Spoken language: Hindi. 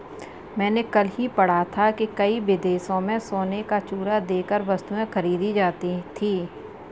मैंने कल ही पढ़ा था कि कई देशों में सोने का चूरा देकर वस्तुएं खरीदी जाती थी